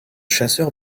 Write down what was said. chasseur